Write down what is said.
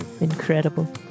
incredible